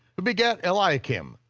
who begat eliakim,